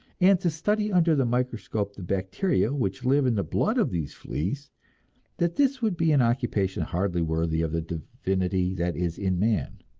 and to study under the microscope the bacteria which live in the blood of these fleas that this would be an occupation hardly worthy of the divinity that is in man.